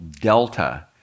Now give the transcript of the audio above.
Delta